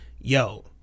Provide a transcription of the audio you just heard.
yo